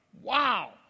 wow